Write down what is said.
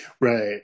right